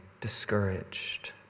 discouraged